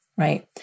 Right